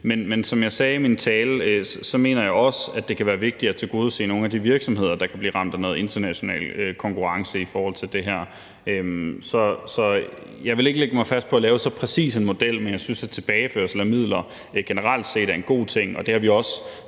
Men som jeg sagde i min tale, mener jeg også, at det kan være vigtigt at tilgodese nogle af de virksomheder, der kan blive ramt af noget international konkurrence i forhold til det her. Så jeg vil ikke lægge mig fast på at lave så præcis en model, men jeg synes, at tilbageførsel af midler generelt set er en god ting, og det har vi også